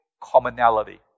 commonality